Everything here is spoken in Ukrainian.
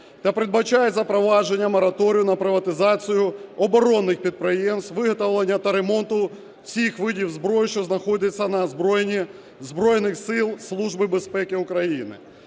та передбачають запровадження мораторію на приватизацію оборонних підприємств, виготовлення та ремонту всіх видів зброї, що знаходиться на озброєнні Збройних Сил, Служби безпеки України.